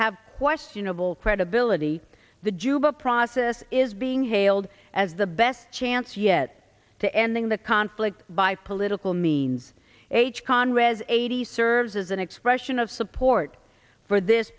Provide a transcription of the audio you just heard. have questionable credibility the jubal process is being hailed as the best chance yet to ending the conflict by political means h conrads eighty serves as an expression of support for this